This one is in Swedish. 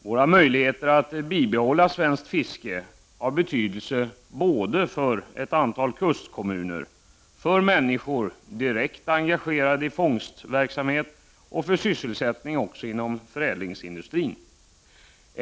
Våra möjligheter att bibehålla svenskt fiske har betydelse för ett antal kustkommuner, för människor direkt engagerade i fångstverksamhet och för sysselsättningen inom förädlingsindustrin.